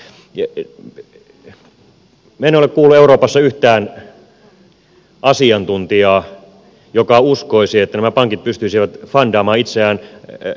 minä en ole kuullut euroopassa yhtään asiantuntijaa joka uskoisi että nämä pankit pystyisivät fundaamaan itseään markkinoilta